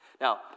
Now